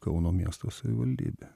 kauno miesto savivaldybė